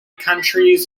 countries